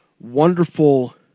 wonderful